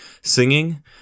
singing